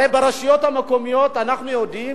הרי ברשויות המקומיות, אנחנו יודעים,